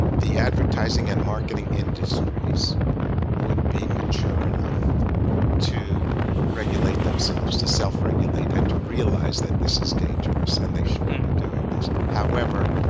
the advertising and marketing industries would be mature enough to regulate themselves, to self-regulate and to realize that this is dangerous and they shouldn't be doing this. however,